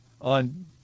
on